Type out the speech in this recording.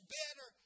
better